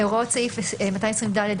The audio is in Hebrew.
האם סעיף קטן (4)